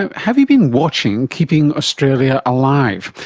ah have you been watching keeping australia alive,